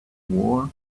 war